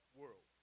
world